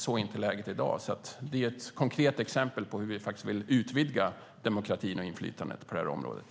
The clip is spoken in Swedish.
Så är inte läget i dag, och vårt förslag är ett konkret exempel på hur vi vill utvidga demokratin och inflytandet på det här området.